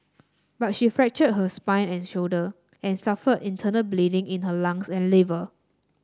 but she fractured her spine and shoulder and suffered internal bleeding in her lungs and liver